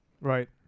Right